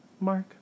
mark